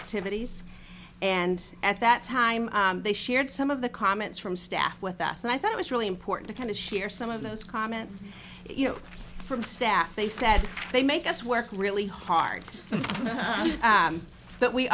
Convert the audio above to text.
activities and at that time they shared some of the comments from staff with us and i thought it was really important to kind of share some of those comments you know from staff they said they make us work really hard but we